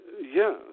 Yes